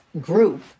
group